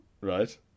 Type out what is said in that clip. Right